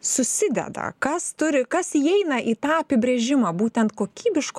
susideda kas turi kas įeina į tą apibrėžimą būtent kokybišku